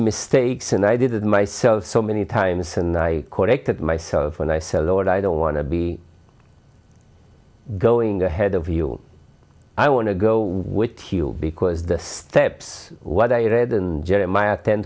mistakes and i did it myself so many times and i corrected myself and i said lord i don't want to be going ahead of you i want to go with you because the steps what i read and